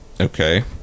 okay